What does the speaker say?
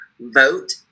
Vote